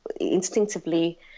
instinctively